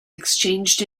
exchanged